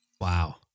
Wow